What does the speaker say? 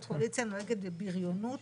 משום שהאופוזיציה נוהגת בבריונות